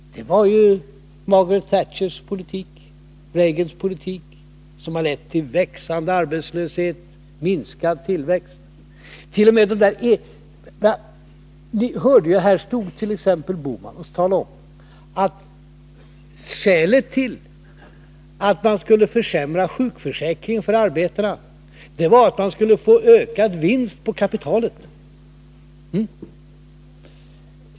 Det var ju Margaret Thatchers politik och Reagans politik, som har lett till växande arbetslöshet och minskad tillväxt. Här stod herr Bohman t.ex. och talade om att skälet till att man skulle försämra sjukförsäkringen för arbetarna var att man då skulle få ökad vinst på kapitalet.